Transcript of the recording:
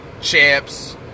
chips